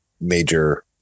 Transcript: major